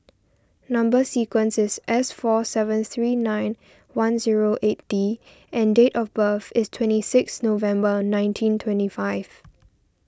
Number Sequence is S four seven three nine one zero eight D and date of birth is twenty six November nineteen twenty five